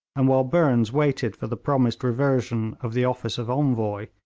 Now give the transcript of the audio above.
and while burnes waited for the promised reversion of the office of envoy,